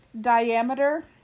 diameter